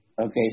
okay